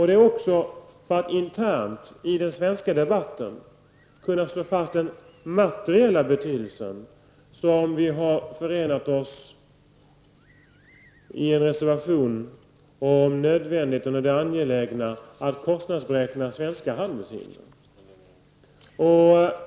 Det är också för att internt, i den svenska debatten, kunna slå fast den materiella betydelsen som vi har förenat oss i en reservation om nödvändigheten av och det angelägna i att kostnadsberäkna svenska handelshinder.